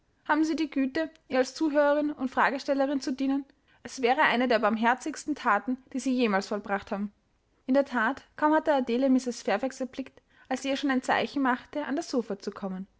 haben sie die güte ihr als zuhörerin und fragestellerin zu dienen es wäre eine der barmherzigsten thaten die sie jemals vollbracht haben in der that kaum hatte adele mrs fairfax erblickt als sie ihr schon ein zeichen machte an das sofa zu kommen